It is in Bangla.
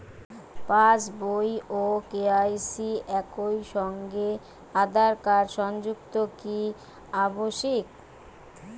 পাশ বই ও কে.ওয়াই.সি একই সঙ্গে আঁধার কার্ড সংযুক্ত কি আবশিক?